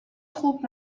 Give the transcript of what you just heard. خوب